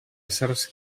éssers